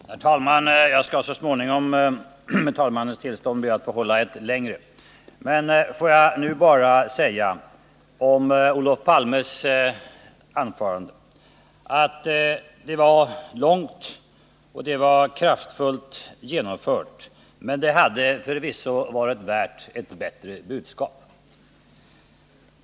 Herr talman! Jag skall så småningom med talmannens tillstånd be att få hålla ett längre anförande. Får jag nu bara säga om Olof Palmes anförande att det var långt och det var kraftfullt genomfört, men det hade förvisso varit värt ett bättre budskap.